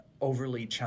overly